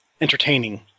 entertaining